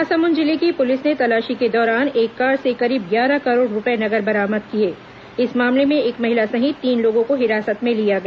महासमुंद जिले की पुलिस ने तलाशी के दौरान एक कार से करीब ग्यारह करोड़ रूपये नगद बरामद किए इस मामले में एक महिला सहित तीन लोगों को हिरासत में लिया गया